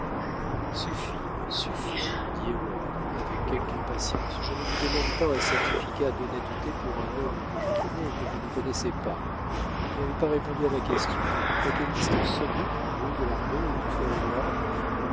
suffit dit heyward avec quelque impatience je ne vous demande pas un certificat d'honnêteté pour un homme que je connais et que vous ne connaissez pas vous n'avez pas répondu à ma question à quelle distance sommes-nous du gros de l'armée et du